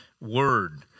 Word